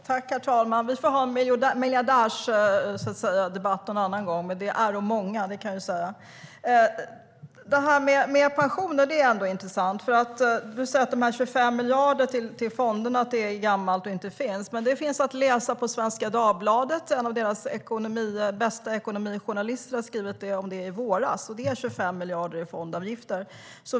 Herr talman! Vi får ha en miljardärsdebatt en annan gång, men de är många, det kan jag säga. Det här med pensioner är intressant. Du säger att det här med de 25 miljarderna till fondförvaltarna är gammalt och inte finns längre. Men en av Svenska Dagbladets bästa ekonomijournalister skrev om det här i våras, och 25 miljarder går till fondavgifter.